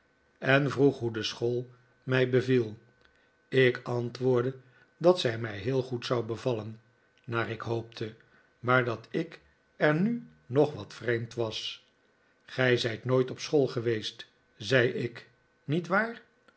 en vroeg hoe de school mij beviel ik antwoordde dat zij mij heel goed zou bevallen naar ik hoopte maar dat ik er nu nog wat vreemd was gij zijt nooit op school geweest zei ik niet waar